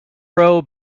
row